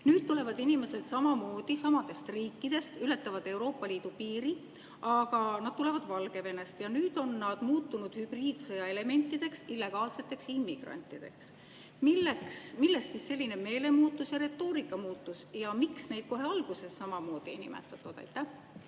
Nüüd tulevad inimesed samamoodi samadest riikidest, ületavad Euroopa Liidu piiri, aga nad tulevad Valgevenest. Ja nüüd on nad muutunud hübriidsõja elementideks, illegaalseteks immigrantideks. Millest selline meelemuutus, retoorika muutus ja miks neid kohe alguses samamoodi ei nimetatud?